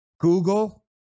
Google